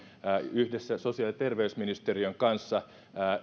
yhdessä sosiaali ja terveysministeriön kanssa